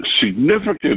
significant